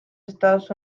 estados